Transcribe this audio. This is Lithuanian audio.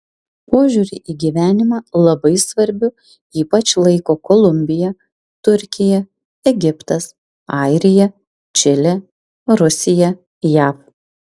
požiūrį į gyvenimą labai svarbiu ypač laiko kolumbija turkija egiptas airija čilė rusija jav